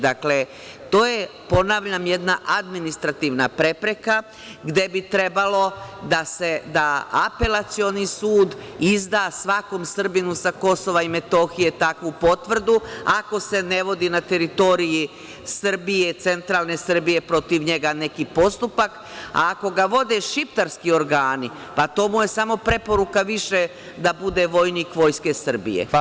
Dakle, to je, ponavljam, jedna administrativna prepreka gde bi trebalo da Apelacioni sud izda svakom Srbinu sa Kosova i Metohije takvu potvrdu, ako se ne vodi na teritoriji Srbije, centralne Srbije protiv njega neki postupak, a ako ga vode šiptarski organi, pa to mu je samo preporuka više da bude vojnik Vojske Srbije.